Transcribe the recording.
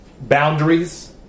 boundaries